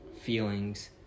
feelings